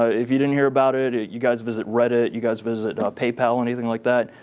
ah if you didn't hear about it it you guys visit reddit, you guys visit paypal, anything like that,